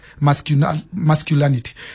masculinity